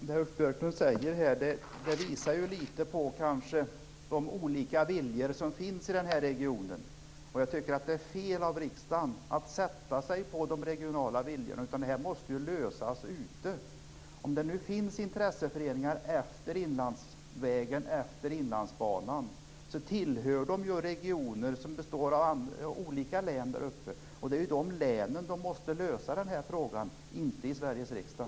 Herr talman! Det Ulf Björklund säger visar att det finns olika viljor i regionen. Jag tycker att det är fel av riksdagen att sätta sig på de regionala viljorna. Frågorna måste lösas ute på plats. Om det finns intresseföreningar efter inlandsvägen och Inlandsbanan hör de hemma i olika regioner, som består av olika län. De är i de länen som man måste lösa denna fråga. Det gör man inte i Sveriges riksdag.